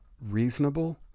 reasonable